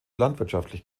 landwirtschaftlich